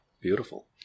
Beautiful